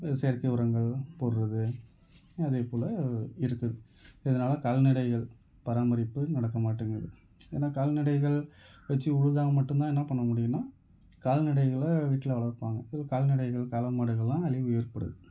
செயற்கை உரங்கள் போடுகிறது அதேபோல் இருக்குது இதனால கால்நடைகள் பராமரிப்பு நடக்கமாட்டிங்குது ஏன்னால் கால்நடைகள் வச்சு உழுதால் மட்டுந்தான் என்ன பண்ண முடியும்னா கால்நடைகளை வீட்டில் வளர்ப்பாங்க அது கால்நடைகள் காளை மாடுகளெலான் அழிவு ஏற்படுது